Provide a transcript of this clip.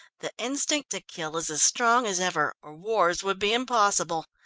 the instinct to kill is as strong as ever, or wars would be impossible.